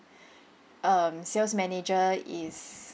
um sales manager is